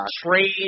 trade